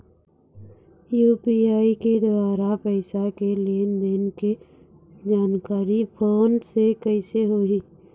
UPI के द्वारा पैसा के लेन देन के जानकारी फोन से कइसे होही?